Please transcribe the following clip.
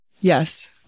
Yes